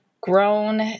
grown